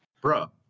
bro